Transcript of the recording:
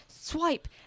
Swipe